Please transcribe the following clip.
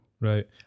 Right